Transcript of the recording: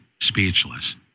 speechless